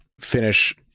finish